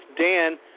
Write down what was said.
Dan